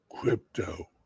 crypto